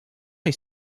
est